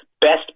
best